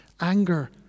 anger